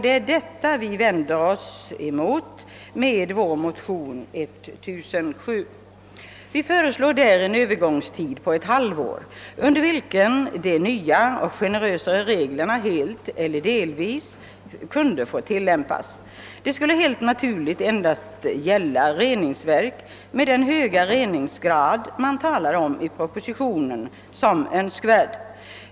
Det är detta vi vänder oss mot med vår motion 11: 1007. Vi föreslår där en övergångstid på ett halvår, under vilken de nya och generösare reglerna helt eller delvis skulle få tillämpas. Det skulle helt naturligt endast gälla reningsverk med den höga reningsgrad man i propositionen anser som önskvärd.